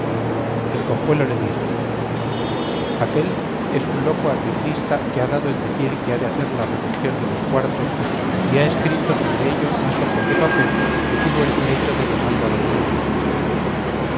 el cojuelo le dijo aquél es un loco arbitrista que ha dado en decir que ha de hacer la reducción de los cuartos y ha escrito sobre ello más hojas de papel que tuvo el pleito de don alvaro de luna